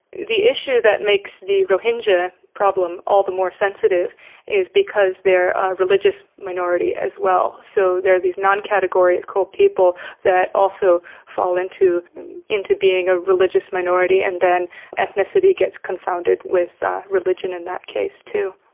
the issue that makes the rohingya problem all the more sensitive is because they're a religious minority as well. so they're these non-categorical people that also fall into into being a religious minority and then ethnicity gets confounded with religion in that case too.